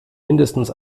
mindestens